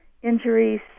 injuries